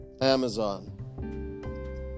amazon